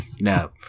No